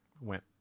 went